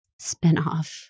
spinoff